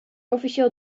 officieel